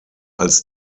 als